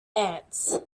ants